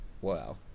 Wow